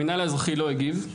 המינהל האזרחי לא הגיב,